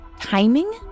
Timing